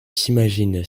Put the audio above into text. s’imagine